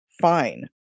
fine